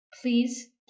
Please